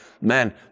man